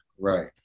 Right